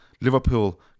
Liverpool